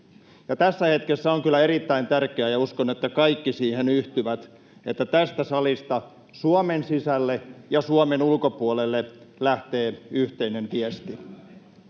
Tässä hetkessä on kyllä erittäin tärkeää — ja uskon, että kaikki siihen yhtyvät —, että tästä salista Suomen sisälle ja Suomen ulkopuolelle lähtee yhteinen viesti.